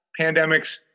pandemics